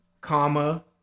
comma